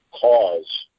cause